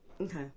Okay